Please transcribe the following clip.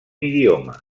idioma